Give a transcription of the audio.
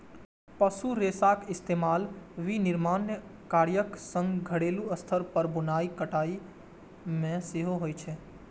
पशु रेशाक इस्तेमाल विनिर्माण कार्यक संग घरेलू स्तर पर बुनाइ कताइ मे सेहो होइ छै